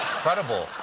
incredible.